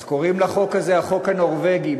אז קוראים לחוק הזה החוק הנורבגי,